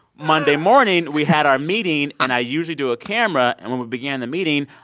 monday morning, we had our meeting. and i usually do a camera. and when we began the meeting,